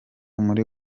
muri